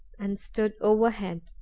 and stood overhead.